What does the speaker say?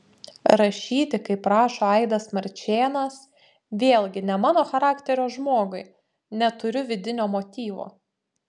rašyti kaip rašo aidas marčėnas vėlgi ne mano charakterio žmogui neturiu vidinio motyvo